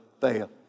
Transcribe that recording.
fail